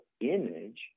image